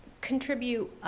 contribute